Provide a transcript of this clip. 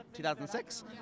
2006